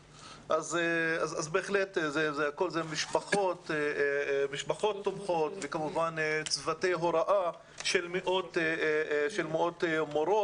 אלה משפחות תומכות וכמובן צוותי הוראה של מאות מורות,